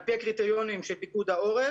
על פי הקריטריונים של פיקוד העורף,